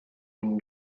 une